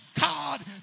God